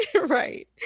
right